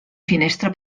finestra